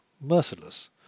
merciless